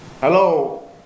Hello